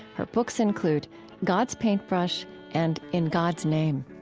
her books include god's paintbrush and in god's name